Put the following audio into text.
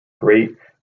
great